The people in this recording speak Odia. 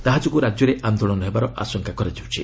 ତାହା ଯୋଗୁଁ ରାଜ୍ୟରେ ଆନ୍ଦୋଳନ ହେବାର ଆଶଙ୍କା କରାଯାଉଛି